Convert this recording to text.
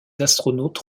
astronautes